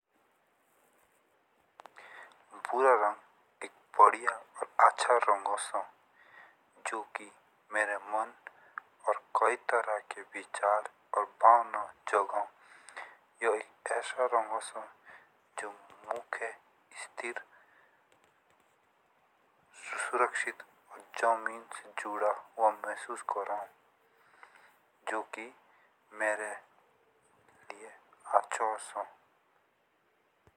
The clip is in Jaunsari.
भूरा रंग एक बढ़िया और अच्छा रंग ओशो सा जो की मेरे मन और कई तरह के विचार और भावना जागो ये एक ऐसा रंग ओशो जो मुझे सुरक्षित और ज़मीन से जुड़ा हुआ महसूस कराओ जोकि मेरे लिए अच्छा ओशो।